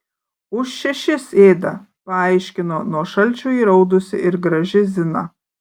už šešis ėda paaiškino nuo šalčio įraudusi ir graži zina